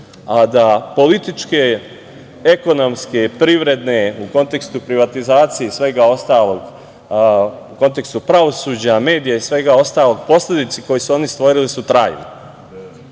a da političke, ekonomske, privredne u kontekstu privatizacije i svega ostalog, u kontekstu pravosuđa, medija i svega ostalog, posledice koje su oni stvorili su trajne. Da